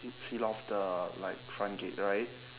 seal off the like front gate right